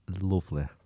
Lovely